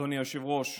אדוני היושב-ראש,